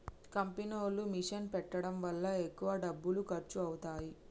కంపెనీలో మిషన్ పెట్టడం వల్ల ఎక్కువ డబ్బులు ఖర్చు అవుతాయి